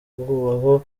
kubaho